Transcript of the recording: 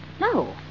No